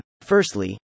Firstly